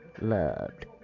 loved